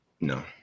no